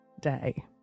day